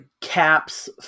Cap's